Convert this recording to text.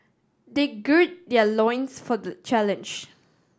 they gird their loins for the challenge